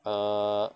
err